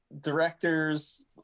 directors